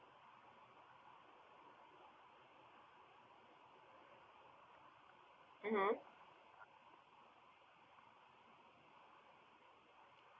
mmhmm